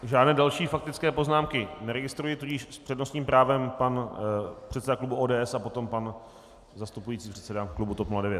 Žádné další faktické poznámky neregistruji, tudíž s přednostním právem pan předseda klubu ODS a potom pan zastupující předseda klubu TOP 09.